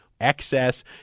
excess